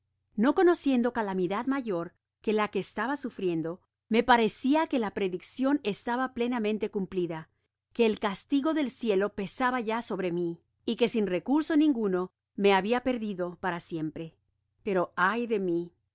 no conociendo calamidad mayor que la que estaba sufriendo me parecía que la prediccion estaba plenamente cumplida que el castigo del cielo pesaba ya sobre mí y que sin recurso ninguno me habia perdido para siempre pero ay de mí